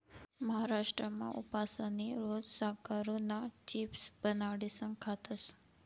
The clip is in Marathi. महाराष्ट्रमा उपासनी रोज साकरुना चिप्स बनाडीसन खातस